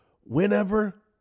Whenever